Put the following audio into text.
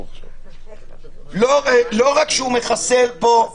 לא רק שהוא מחסל פה את